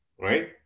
right